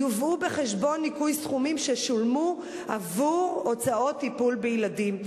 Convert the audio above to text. יובאו בחשבון ניכוי סכומים ששולמו עבור הוצאות טיפול בילדים.